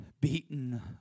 beaten